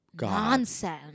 nonsense